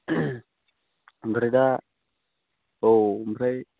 ओमफ्राय दा औ ओमफ्राय